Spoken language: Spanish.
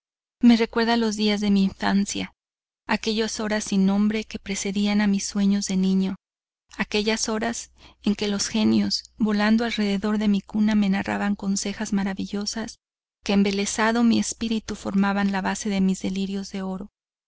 me recuerda los días de mi infancia aquellas horas sin nombre que precedían a mis sueños de niño aquellas horas en que los genios volando alrededor de mi cuna me narraban consejas maravillosas que embelesando mi espíritu formaban la base de mis delirios de oro